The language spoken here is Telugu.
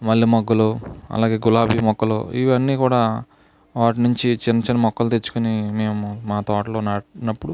మల్లె మొగ్గలు అలాగే గులాబీ మొక్కలు ఇవన్నీ కూడా వాటి నుంచి చిన్న చిన్న మొక్కలు తెచ్చుకుని మేము మా తోటలో నాటినప్పుడు